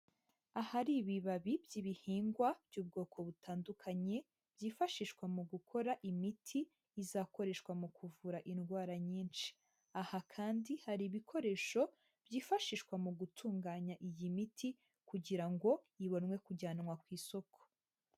Ahari ibibabi by'ibihingwa by'ubwoko butandukanye byifashishwa mu gukora imiti izakoreshwa mu kuvura indwara nyinshi. Aha kandi hari ibikoresho byifashishwa mu gutunganya iyi miti kugira ngo ibonwe kujyanwa ku isoko.